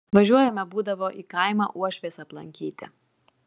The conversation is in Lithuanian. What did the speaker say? važiuojame būdavo į kaimą uošvės aplankyti